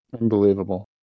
Unbelievable